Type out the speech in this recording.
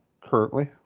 currently